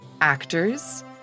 actors